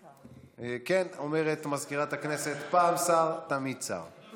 כן, אומרת מזכירת הכנסת, פעם שר, תמיד שר.